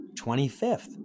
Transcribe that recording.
25th